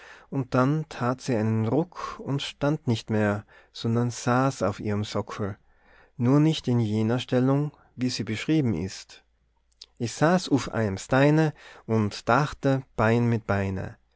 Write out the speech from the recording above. und dann tat sie einen ruck und stand nicht mehr sondern saß auf ihrem sockel nur nicht in jener stellung wie sie beschrieben ist ich saz f eime steine und dahte bein mit beine